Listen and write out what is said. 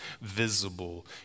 visible